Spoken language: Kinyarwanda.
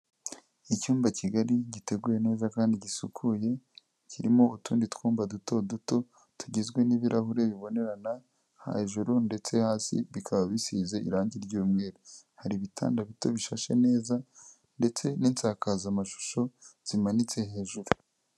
Icyumba kigari giteguye neza kandi gisukuye, kirimo utundi twumba duto duto tugizwe n'ibirahure bibonerana hejuru ndetse hasi bikaba bisize irangi ry'umweru, hari ibitanda bito bishashe neza ndetse n'isakazamashusho zimanitse hejuru.